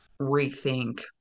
rethink